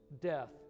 death